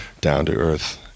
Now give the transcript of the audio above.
down-to-earth